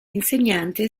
insegnante